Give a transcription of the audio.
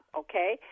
okay